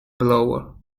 blower